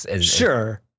Sure